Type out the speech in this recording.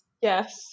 Yes